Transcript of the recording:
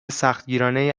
سختگیرانهای